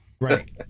Right